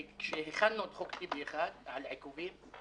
כשהכנו את חוק טיבי 1 על עיכובים,